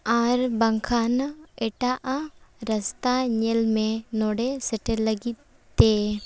ᱟᱨ ᱵᱟᱝᱠᱷᱟᱱ ᱮᱴᱟᱜᱟᱜ ᱨᱟᱥᱛᱟ ᱧᱮᱞ ᱢᱮ ᱱᱚᱰᱮ ᱥᱮᱴᱮᱨ ᱞᱟᱹᱜᱤᱫ ᱛᱮ